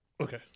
Okay